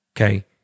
okay